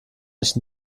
nicht